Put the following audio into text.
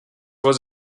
was